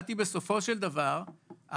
כשהגעתי בסופו של דבר,